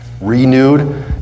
renewed